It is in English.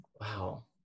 Wow